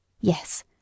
yes